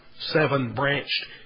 seven-branched